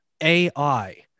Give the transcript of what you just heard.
AI